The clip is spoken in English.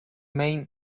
main